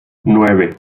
nueve